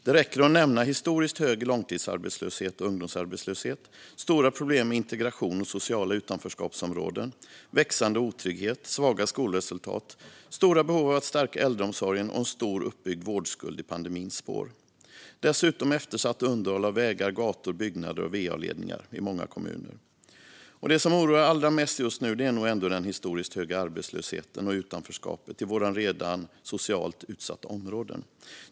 Det räcker att nämna historiskt hög långtidsarbetslöshet och ungdomsarbetslöshet, stora problem med integration och sociala utanförskapsområden, växande otrygghet, svaga skolresultat, stora behov av att stärka äldreomsorgen och en stor uppbyggd vårdskuld i pandemins spår och dessutom eftersatt underhåll av vägar, gator, byggnader och va-ledningar i många kommuner. Det som oroar allra mest just nu är nog ändå den historiskt höga arbetslösheten och utanförskapet i våra redan socialt utsatta områden.